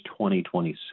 2026